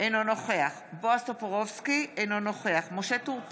אינו נוכח בועז טופורובסקי, אינו נוכח משה טור פז,